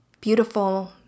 beautiful